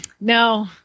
no